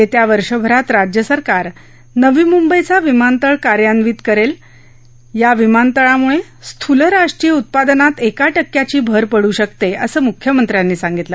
येत्या वर्षभरात राज्यसरकार नवी मुंबईचा विमानतळ कार्यान्वित करेल या विमानतळामुळे स्थूल राष्ट्रीय उत्पादनात एक टक्क्याची भर पडू शकते असं मुख्यमंत्र्यांनी सांगितलं